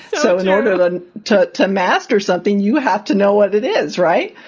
so in order to and to to master something, you have to know what it is. right.